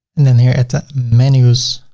and then here at the menus,